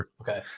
okay